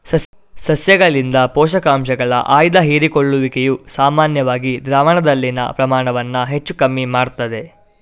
ಸಸ್ಯಗಳಿಂದ ಪೋಷಕಾಂಶಗಳ ಆಯ್ದ ಹೀರಿಕೊಳ್ಳುವಿಕೆಯು ಸಾಮಾನ್ಯವಾಗಿ ದ್ರಾವಣದಲ್ಲಿನ ಪ್ರಮಾಣವನ್ನ ಹೆಚ್ಚು ಕಮ್ಮಿ ಮಾಡ್ತದೆ